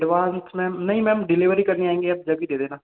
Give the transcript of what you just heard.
advance ma'am नहीं ma'am delivery करने आएँगे तभी दे देना